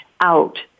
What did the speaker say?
out